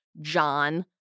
John